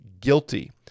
guilty